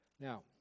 now